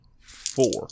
Four